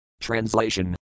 Translation